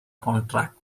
contract